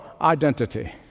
identity